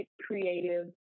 creative